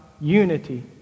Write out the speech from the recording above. unity